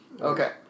Okay